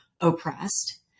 oppressed